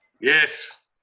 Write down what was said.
Yes